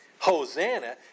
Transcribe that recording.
Hosanna